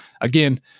Again